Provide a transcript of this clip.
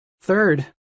third